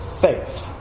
faith